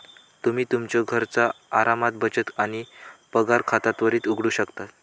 तुम्ही तुमच्यो घरचा आरामात बचत आणि पगार खाता त्वरित उघडू शकता